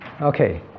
Okay